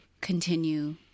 continue